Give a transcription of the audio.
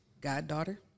goddaughter